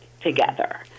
together